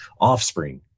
offspring